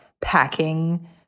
packing